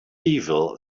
evil